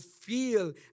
feel